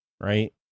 right